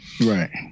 Right